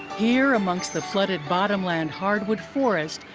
here amongst the flooded bottomland hardwood forest,